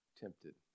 tempted